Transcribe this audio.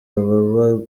baba